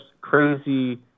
crazy